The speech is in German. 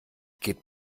geht